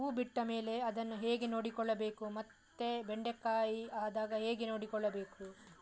ಹೂ ಬಿಟ್ಟ ಮೇಲೆ ಅದನ್ನು ಹೇಗೆ ನೋಡಿಕೊಳ್ಳಬೇಕು ಮತ್ತೆ ಬೆಂಡೆ ಕಾಯಿ ಆದಾಗ ಹೇಗೆ ನೋಡಿಕೊಳ್ಳಬೇಕು?